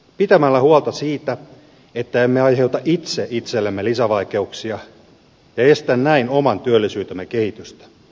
pitämällä huolta siitä että emme aiheuta itse itsellemme lisävaikeuksia ja estä näin oman työllisyytemme kehitystä